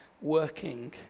working